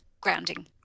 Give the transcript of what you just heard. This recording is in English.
grounding